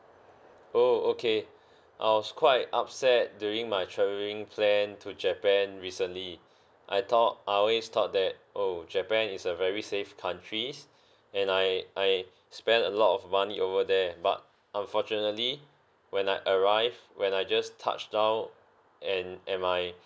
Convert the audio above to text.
oh okay I was quite upset during my travelling plan to japan recently I thought I always thought that oh japan is a very safe countries and I I spend a lot of money over there but unfortunately when I arrived when I just touched down and at my